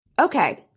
Okay